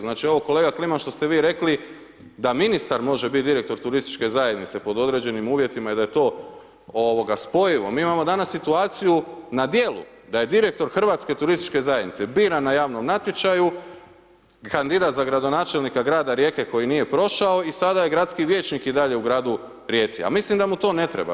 Znači ovo kolega Kliman što ste vi rekli da ministar može bit direktor turističke zajednice pod određenim uvjetima i da je to ovoga spojimo mi imamo danas situaciju na dijelu da je direktor Hrvatske turističke zajednice biran na javnom natječaju, kandidat za gradonačelnika grada Rijeke koji nije prošao i sada je gradski vijećnik i dalje u gradu Rijeci, a mislim da mu to ne treba.